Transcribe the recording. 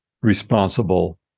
responsible